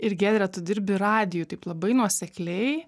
ir giedre tu dirbi radijuj taip labai nuosekliai